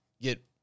get